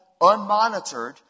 unmonitored